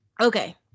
Okay